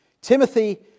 Timothy